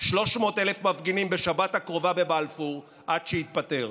300,000 מפגינים בשבת הקרובה בבלפור, עד שיתפטר.